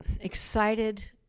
excited